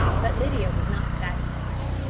but lydia was not satisfied.